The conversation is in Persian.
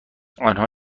آنها